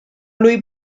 lui